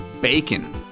bacon